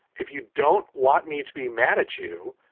if you don't want me to be mad at you,